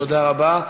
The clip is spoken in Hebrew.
תודה רבה.